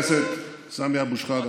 חבר הכנסת סמי אבו שחאדה,